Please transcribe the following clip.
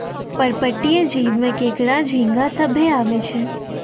पर्पटीय जीव में केकड़ा, झींगा सभ्भे आवै छै